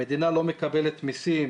המדינה לא מקבלת מיסים,